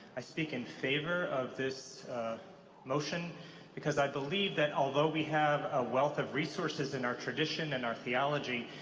i speak in favor of this motion because i believe that although we have a wealth of resources in our tradition and our theology,